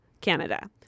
Canada